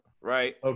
right